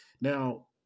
Now